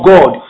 God